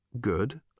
Good